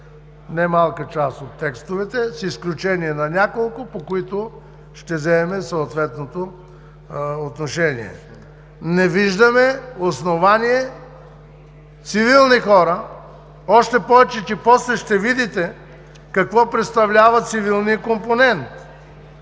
немалка част от текстовете, с изключение на няколко, по които ще вземем съответното отношение. Не виждаме основание цивилни хора, още повече после ще видите какво представлява цивилният компонент